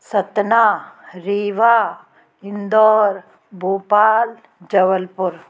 Satna Rewa Indore Bhopal Jabalpur